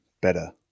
better